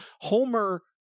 Homer